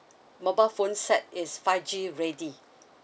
mobile phone set is five G ready